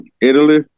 Italy